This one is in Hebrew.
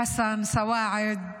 חסן סוואעד -- עאידה,